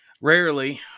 rarely